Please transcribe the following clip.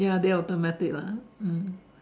ya they alternate it lah mm